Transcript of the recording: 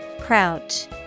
Crouch